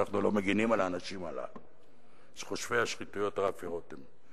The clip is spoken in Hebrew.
ואנחנו לא מגינים על האנשים הללו כמו חושף השחיתויות רפי רותם.